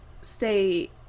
stay